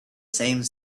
same